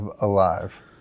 alive